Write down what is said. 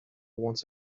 once